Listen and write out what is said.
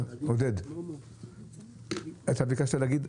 עודד פלר, דקה לרשותך.